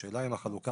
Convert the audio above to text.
השאלה היא אם בחלוקה